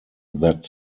that